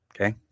Okay